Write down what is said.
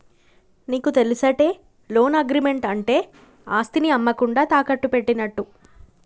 నీకు తెలుసటే, loan agreement అంటే ఆస్తిని అమ్మకుండా తాకట్టు పెట్టినట్టు